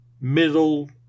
middle